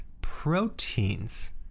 proteins